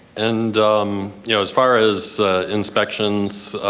and um you know as far as inspections,